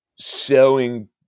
selling